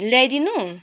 ल्याइदिनु